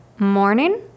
Morning